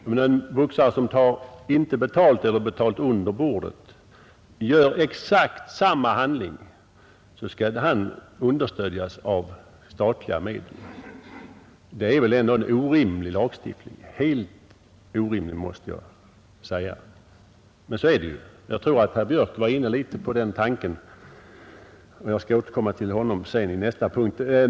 Men om en boxare som inte tar betalt eller tar betalt under bordet utför exakt samma handling skall han understödjas med statliga medel. Det är väl ändå en orimlig lagstiftning — helt orimlig måste jag säga. Men så är det! Jag tror att herr Björk i Göteborg i viss mån var inne på den tanken, men jag skall återkomma till honom i nästa punkt.